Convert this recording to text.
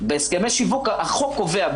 בהסכמי שיווק, החוק קובע.